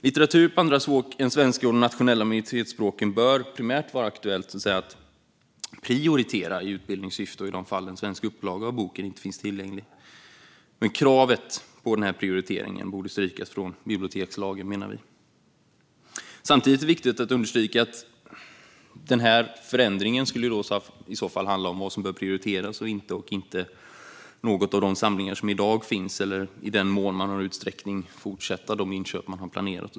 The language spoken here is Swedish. Litteratur på andra språk än svenska och de nationella minoritetsspråken bör vara aktuell att prioritera primärt i utbildningssyfte och i de fall en svensk upplaga av boken inte finns tillgänglig. Men kravet på prioritering menar vi borde strykas ur bibliotekslagen. Samtidigt är det viktigt att understryka att denna förändring skulle handla om vad som bör prioriteras och inte, inte om någon av de samlingar som finns i dag eller om att i den mån man har möjlighet fortsätta med de inköp man har planerat.